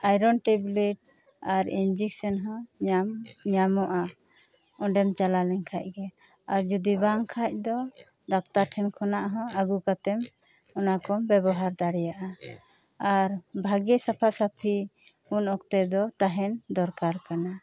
iron tablet ᱟᱨ injection ᱦᱚᱸ ᱧᱟᱢ ᱧᱟᱢᱚᱜᱼᱟ ᱚᱸᱰᱮᱢ ᱪᱟᱞᱟᱣ ᱞᱮᱱ ᱠᱷᱟᱡ ᱜᱮ ᱟᱨ ᱡᱩᱫᱤ ᱵᱟᱝ ᱠᱷᱟᱡ ᱫᱚ ᱰᱟᱠᱴᱟᱨ ᱴᱷᱮᱱ ᱠᱷᱚᱱᱟᱜ ᱦᱚᱸ ᱟᱹᱜᱩ ᱠᱟᱛᱮᱢ ᱚᱱᱟ ᱠᱚᱢ ᱵᱮᱵᱚᱦᱟᱨ ᱫᱟᱲᱮᱭᱟᱜᱼᱟ ᱟᱨ ᱵᱷᱟᱜᱮ ᱥᱟᱯᱷᱟ ᱥᱟᱹᱯᱷᱤ ᱩᱱ ᱚᱠᱛᱮ ᱫᱚ ᱛᱟᱦᱮᱱ ᱫᱚᱨᱠᱟᱨ ᱠᱟᱱᱟ